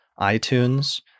iTunes